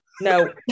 no